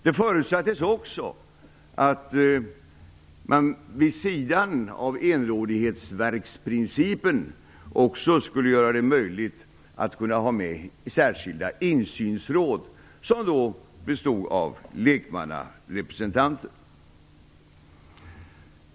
Det förutsattes också att man vid sidan av enrådighetsverksprincipen skulle göra det möjligt att kunna ha med särskilda insynsråd, bestående av lekmannarepresentanter.